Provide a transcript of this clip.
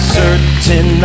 certain